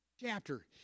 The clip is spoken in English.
chapter